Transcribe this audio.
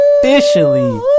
Officially